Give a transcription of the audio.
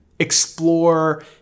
explore